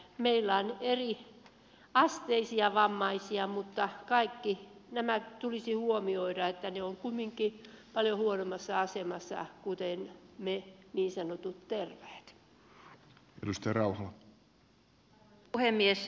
meillä on eriasteisia vammaisia mutta tulisi huomioida että kaikki nämä ovat kumminkin paljon huonommassa asemassa kuin me niin sanotut terveet